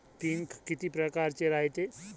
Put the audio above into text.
पिकं किती परकारचे रायते?